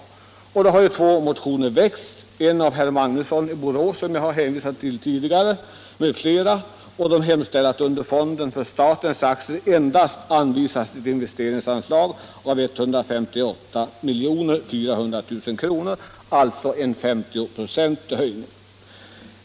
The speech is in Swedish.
Två motioner har väckts i anslutning till propositionen. I den ena — som jag har hänvisat till tidigare — hemställer herr Magnusson i Borås m.fl. att under fonden för statens aktier anvisas ett investeringsanslag av endast 158 400 000 kr. — alltså en 50-procentig höjning.